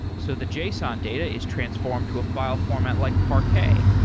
so the json data is transformed to a file format like parquet,